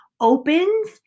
opens